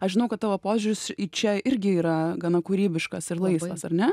aš žinau kad tavo požiūris į čia irgi yra gana kūrybiškas ir laisvas ar ne